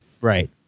Right